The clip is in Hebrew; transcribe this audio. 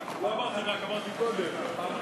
תכף נסיים את הברכות לחבר הכנסת השר אריה דרעי,